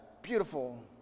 beautiful